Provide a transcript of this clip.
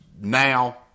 now